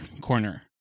corner